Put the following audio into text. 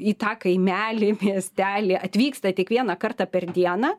į tą kaimelį miestelį atvyksta tik vieną kartą per dieną